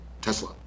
Tesla